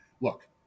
look